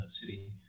city